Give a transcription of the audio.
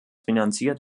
finanziert